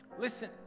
Listen